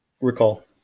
recall